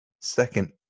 second